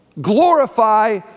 glorify